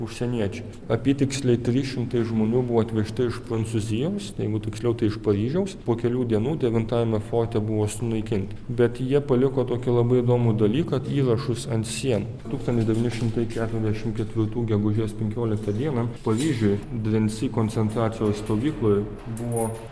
užsieniečiai apytiksliai trys šimtai žmonių buvo atvežti iš prancūzijos jeigu tiksliau tai iš paryžiaus po kelių dienų devintajame forte buvo sunaikinti bet jie paliko tokį labai įdomų dalyką įrašus ant sienų tūkstantis devyni šimtai keturiasdešimt ketvirtų gegužės penkioliktą dieną paryžiuj drensi koncentracijos stovykloj buvo